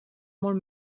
molt